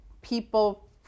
people